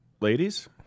ladies